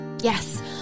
Yes